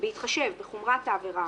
בהתחשב בחומרת העבירה,